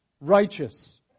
righteous